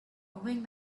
moving